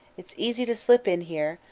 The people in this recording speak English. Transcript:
it's easy to slip in here,